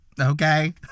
Okay